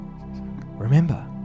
Remember